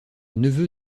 neveu